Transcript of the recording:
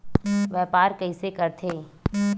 व्यापार कइसे करथे?